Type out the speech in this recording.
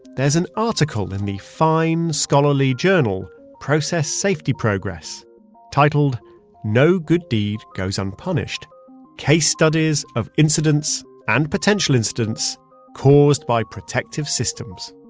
there's an article in the fine scholarly journal process safety progress titled no good deed goes unpunished case studies of incidents and potential incidents caused by protective systems.